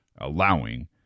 allowing